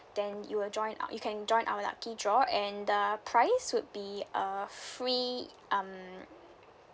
then you will join uh you can join our lucky draw and the prize would be a free um